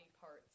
parts